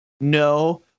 no